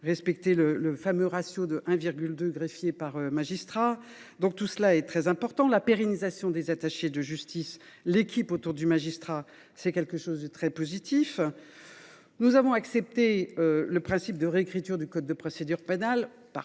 respecter le fameux ratio de 1,2 greffier par magistrat. Tout cela est très important. La pérennisation des attachés de justice et de l’équipe autour du magistrat me paraît également très positive. Nous avons accepté le principe d’une réécriture du code de procédure pénale,